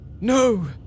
no